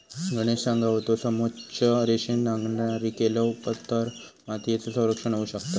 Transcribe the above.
गणेश सांगा होतो, समोच्च रेषेन नांगरणी केलव तर मातीयेचा संरक्षण होऊ शकता